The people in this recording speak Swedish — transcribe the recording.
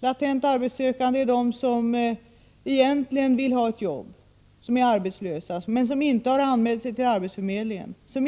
Latent arbetssökande är de som är arbetslösa och egentligen vill ha ett jobb men som inte har anmält sig till arbetsförmedlingen.